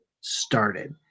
started